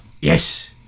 Yes